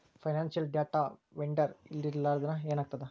Financial data vendor ಇರ್ಲ್ಲಿಲ್ಲಾಂದ್ರ ಏನಾಗ್ತದ?